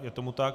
Je tomu tak.